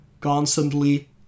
constantly